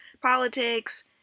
politics